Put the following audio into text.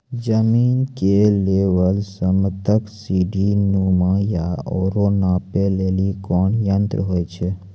जमीन के लेवल समतल सीढी नुमा या औरो नापै लेली कोन यंत्र होय छै?